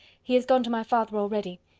he is gone to my father already.